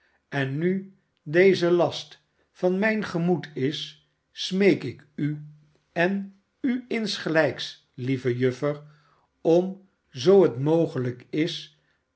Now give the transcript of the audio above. en nu deze last van mijn gemoed is smeek ik u en u insgelijks lieve juffer om zoo het mogelijk is